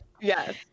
Yes